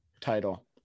title